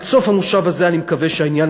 עד סוף המושב הזה אני מקווה שהעניין